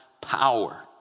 power